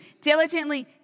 diligently